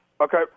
Okay